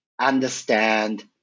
understand